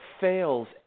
fails